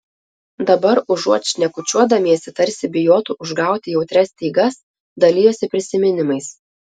dabar užuot šnekučiuodamiesi tarsi bijotų užgauti jautrias stygas dalijosi prisiminimais